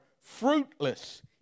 fruitless